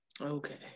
Okay